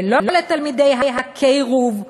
ולא לתלמידי "קירוב",